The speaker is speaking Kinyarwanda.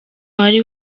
wari